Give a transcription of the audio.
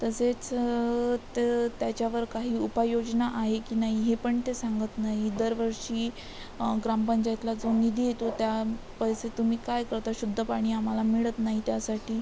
तसेच त त्याच्यावर काही उपाययोजना आहे की नाही हे पण ते सांगत नाहीत दरवर्षी ग्रामपंचायतीला जो निधी येतो त्या पैसे तुम्ही काय करता शुद्ध पाणी आम्हाला मिळत नाही त्यासाठी